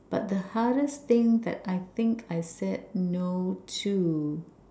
but the hardest thing that I think I said no to